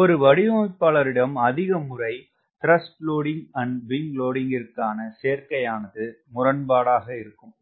ஒரு வடிவமைப்பாளரிடம் அதிக முறை TW and WS கிற்கான சேர்க்கை ஆனது முரண்பாடாக இருக்கும்